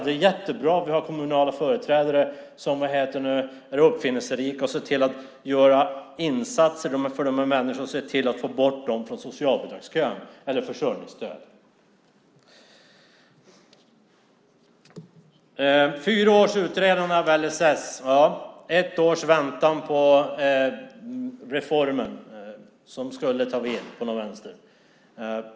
Det är jättebra att vi har kommunala företrädare som är uppfinningsrika och ser till att göra insatser för de här människorna och ser till att få bort dem från socialbidragskön eller försörjningsstödet. Det har varit fyra års utredande av LSS och ett års väntan på reformen som skulle ta vid.